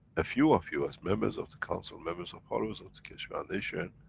a few of you as members of the council, members of followers of the keshe foundation,